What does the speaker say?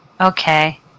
Okay